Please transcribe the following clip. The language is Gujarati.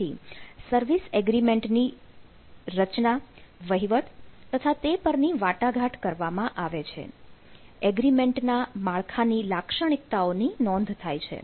થી સર્વિસ અગ્રીમેન્ટ ની રચના વહીવટ તથા તે પરની વાટાઘાટ કરવામાં આવે છે એગ્રીમેન્ટના માળખાની લાક્ષણિકતાઓ ની નોંધ થાય છે